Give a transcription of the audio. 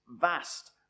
vast